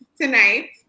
tonight